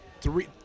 three